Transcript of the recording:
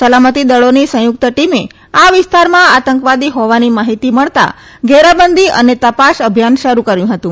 સલામતી દળોની સંથુકત ટીમે આ વિસ્તારમાં આતંકવાદી હોવાની માહિતી મળતા ઘેરાબંદી અને તપાસ અભિયાન શરૂ કર્યુ હતું